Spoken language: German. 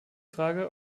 frage